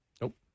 Nope